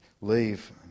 leave